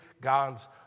God's